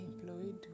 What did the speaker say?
employed